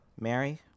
Mary